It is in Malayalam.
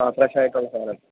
ആ ഫ്രെഷായിട്ടുള്ള സാധനം